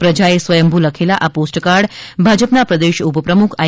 પ્રજાએ સ્વયંભૂ લખેલા આ પોસ્ટકાર્ડ ભાજપના પ્રદેશ ઉપપ્રમુખ આઈ